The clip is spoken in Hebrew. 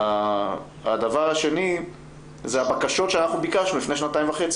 הדבר השני זה הבקשות שביקשנו לפני שנתיים וחצי,